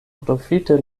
profite